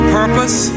purpose